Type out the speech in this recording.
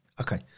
Okay